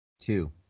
Two